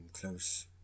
close